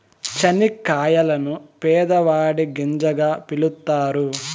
చనిక్కాయలను పేదవాడి గింజగా పిలుత్తారు